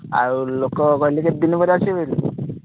ଆଉ ଲୋକ କହିଲେ କେତେ ଦିନ ପରେ ଆସିବେ ବୋଲି